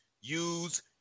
use